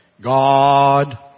God